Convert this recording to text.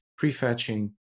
prefetching